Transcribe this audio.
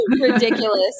ridiculous